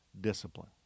discipline